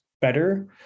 better